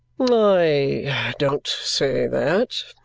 i don't say that,